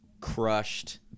Crushed